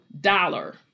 dollar